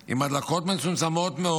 עם הדלקות מצומצמות מאוד,